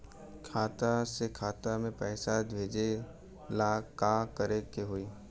खाता से खाता मे पैसा भेजे ला का करे के होई?